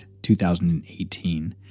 2018